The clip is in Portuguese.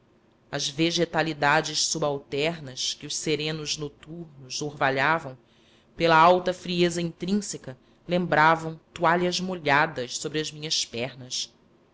helmintos as vegetalidades subalternas que osserenos noturnos orvalhavam pela alta frieza intrínseca lembravam toalhas molhadas sobre as minhas pernas